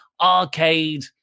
Arcade